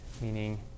meaning